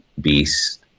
beast